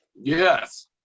yes